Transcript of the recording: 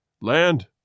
Land